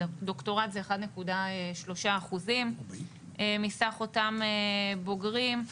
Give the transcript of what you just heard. דוקטורט זה 1.3% מסך אותם בוגרים.